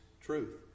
truth